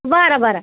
बरं बरं